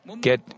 get